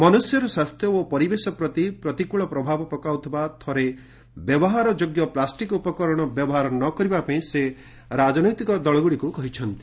ମନୁଷ୍ୟର ସ୍ୱାସ୍ଥ୍ୟ ଓ ପରିବେଶ ପ୍ରତି ପ୍ରତିକୂଳ ପ୍ରଭାବ ପକାଉଥିବା ଥରେ ବ୍ୟବହାରଯୋଗ୍ୟ ପ୍ଲାଷ୍ଟିକ୍ ଉପକରଣ ବ୍ୟବହାର ନ କରିବା ପାଇଁ ସେ ରାଜନୈତିକ ଦଳଗୁଡ଼ିକୁ କହିଛନ୍ତି